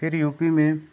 फिर U P में